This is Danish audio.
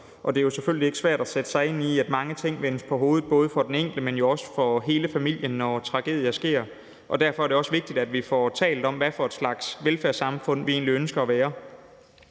og det er selvfølgelig ikke svært at sætte sig ind i, at mange ting vendes på hovedet både for den enkelte, men også for hele familien, når tragedier sker. Derfor er det også vigtigt, at vi får talt om, hvad for en slags velfærdssamfund vi egentlig ønsker at være.